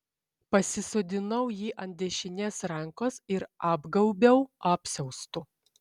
pasisodinau jį ant dešinės rankos ir apgaubiau apsiaustu